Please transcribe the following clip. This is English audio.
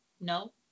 no